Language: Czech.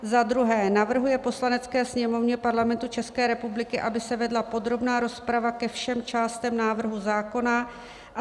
2. navrhuje Poslanecké sněmovně Parlamentu České republiky, aby se vedla podrobná rozprava ke všem částem návrhu zákona a